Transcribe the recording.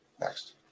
Next